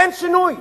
אין שינוי.